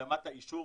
השלמת האישור